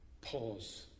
pause